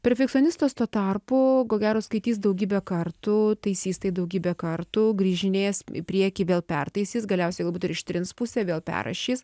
perfekcionistas tuo tarpu ko gero skaitys daugybę kartų taisys tai daugybę kartų grįžinės į priekį vėl pertaisys galiausiai ištrins pusę vėl perrašys